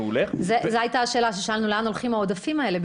זאת הייתה השאלה ששאלנו - לאן הולכים העודפים האלה,